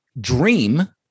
dream